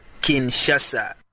Kinshasa